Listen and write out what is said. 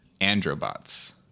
Androbots